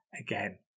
again